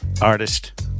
artist